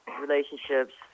relationships